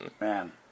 Man